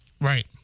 Right